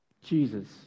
Jesus